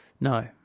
No